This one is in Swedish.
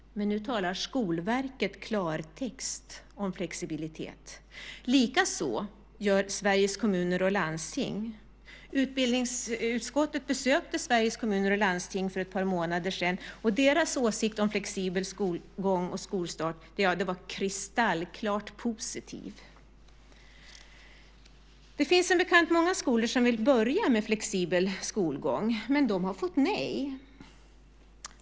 Nu talar Skolverket klartext om flexibilitet. Likaså gör Sveriges Kommuner och Landsting det. Utbildningsutskottet besökte Sveriges Kommuner och Landsting för ett par månader sedan, och deras åsikt om flexibel skolgång och skolstart var kristallklart positiv. Det finns som bekant många skolor som vill börja med flexibel skolgång, men de har fått nej.